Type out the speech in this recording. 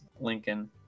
lincoln